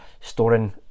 storing